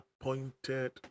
appointed